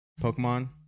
Pokemon